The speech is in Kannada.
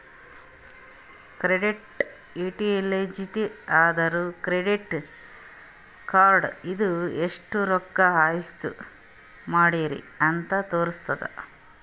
ಕ್ರೆಡಿಟ್ ಯುಟಿಲೈಜ್ಡ್ ಅಂದುರ್ ಕ್ರೆಡಿಟ್ ಕಾರ್ಡ ಇಂದ ಎಸ್ಟ್ ರೊಕ್ಕಾ ಯೂಸ್ ಮಾಡ್ರಿ ಅಂತ್ ತೋರುಸ್ತುದ್